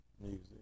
music